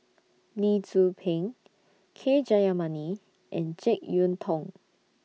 Lee Tzu Pheng K Jayamani and Jek Yeun Thong